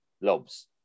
loves